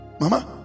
Mama